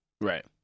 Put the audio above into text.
Right